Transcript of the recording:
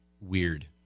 Weird